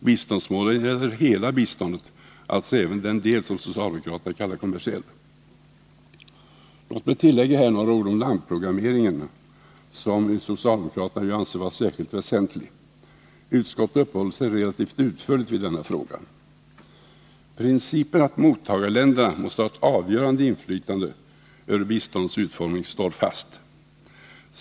Biståndsmålen gäller hela biståndet, alltså även den del som socialdemokraterna kallar kommersiell. Låt mig här tillägga några ord om landprogrammeringen, som socialdemokraterna ju anser vara särskilt väsentlig. Utskottet uppehåller sig relativt utförligt vid denna fråga. Principen att mottagarländerna måste ha ett avgörande inflytande över biståndets utformning står fast.